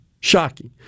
shocking